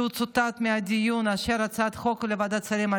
שצוטט בדיון כאשר עלתה הצעת החוק בוועדת השרים?